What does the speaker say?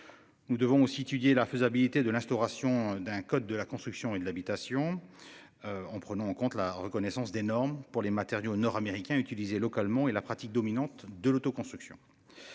Nous devons aussi étudier la faisabilité de l'instauration d'un code de la construction et de l'habitation. En prenant en compte la reconnaissance des normes pour les matériaux nord-américains. Localement et la pratique dominante de l'auto-construction.